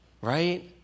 right